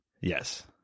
Yes